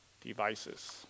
devices